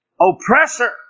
oppressor